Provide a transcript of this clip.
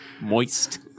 moist